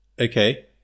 okay